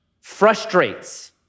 frustrates